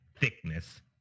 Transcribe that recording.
thickness